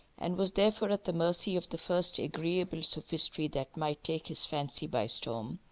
and was therefore at the mercy of the first agreeable sophistry that might take his fancy by storm,